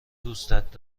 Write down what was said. دوستت